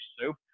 soup